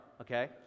Okay